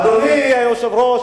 אדוני היושב-ראש,